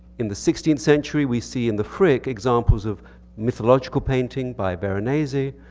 in the sixteenth century we see in the frick examples of mythological painting by baronazi.